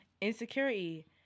Insecurity